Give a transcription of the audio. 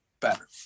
better